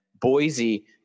Boise